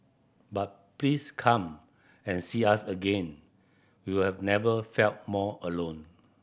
but please come and see us again we will never felt more alone